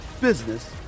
business